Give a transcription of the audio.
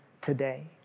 today